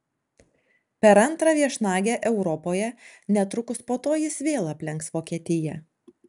per antrą viešnagę europoje netrukus po to jis vėl aplenks vokietiją